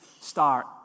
start